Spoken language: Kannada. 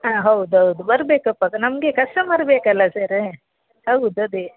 ಹಾಂ ಹೌದು ಹೌದು ಬರಬೇಕಪ್ಪ ನಮಗೆ ಕಸ್ಟಮರ್ ಬೇಕಲ್ಲ ಸರ್ ಹೌದು ಅದೇ